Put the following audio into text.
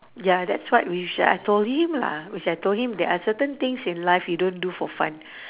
ya that's what which I told him lah which I told him there are certain things in life you don't do for fun